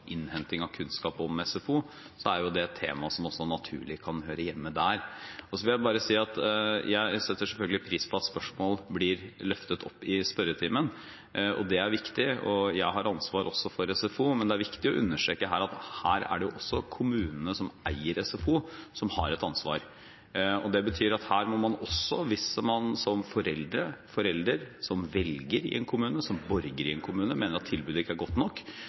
innhenting av kunnskap om SFO, er det et tema som naturlig kan høre hjemme der. Jeg setter selvfølgelig pris på at spørsmål blir løftet opp i spørretimen. Det er viktig, og jeg har ansvar også for SFO. Men det er viktig å understreke at også kommunene, som eier SFO, har et ansvar her. Det betyr at hvis man som forelder, eller som velger og borger i en kommune mener at tilbudet ikke er godt nok,